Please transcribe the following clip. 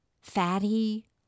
fatty